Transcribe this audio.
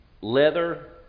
leather